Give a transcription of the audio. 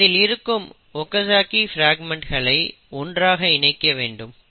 இதில் இருக்கும் ஒகஜக்கி பிராக்மெண்ட்ஸ்களை ஒன்றாக இணைக்க வேண்டும்